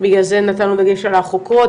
בגלל זה נתנו דגש על החוקרות,